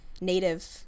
native